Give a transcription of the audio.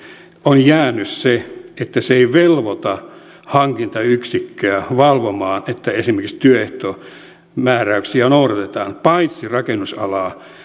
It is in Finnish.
on jäänyt se että se ei velvoita hankintayksikköä valvomaan että esimerkiksi työehtomääräyksiä noudatetaan paitsi rakennusalalla